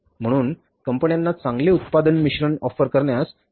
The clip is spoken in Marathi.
म्हणून कंपन्यांना चांगले उत्पादन मिश्रण ऑफर करण्यास भाग पाडले जाते